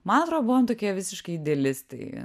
man atrodo buvom tokie visiškai idialistai